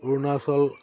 Arunachal